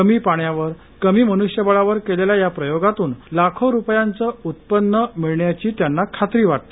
कमी पाण्यावर कमी मनुष्यबळावर केलेल्या या प्रयोगातून लाखो रुपयांचं उत्पन्न मिळण्याची त्यांना खात्री वाटते